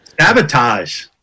Sabotage